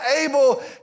able